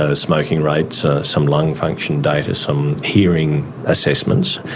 ah smoking rates, some lung function data, some hearing assessments.